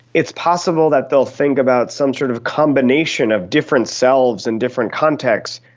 it's possible that they will think about some sort of combination of different selves and different contexts,